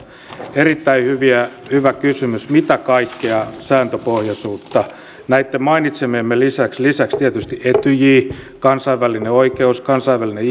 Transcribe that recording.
erittäin hyvä kysymys mitä kaikkea sääntöpohjaisuutta näitten mainitsemiemme lisäksi lisäksi tietysti etyj kansainvälinen oikeus kansainvälinen